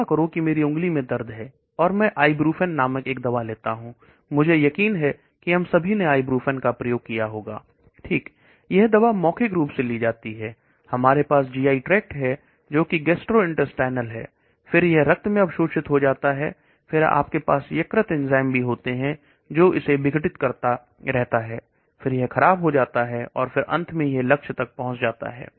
कल्पना करो कि मेरी उंगली में दर्द है और मैं ibuprofen नामक एक दवा लेता हूं मुझे यकीन है कि हम सभी ने ibuprofen का प्रयोग किया होगा यह दवा मौखिक रूप से ली जाती है हमारे पास GI TRACT है जोकि गैस्ट्रोइंटेस्टाइनल है रक्त में अवशोषित हो जाता है आपके पास लीवर एंजाइम भी होते हैं जो इसे विघटित करते हैं और खराब जाता है हो जाता है और अंत में टारगेट तक पहुंच जाता है